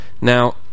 now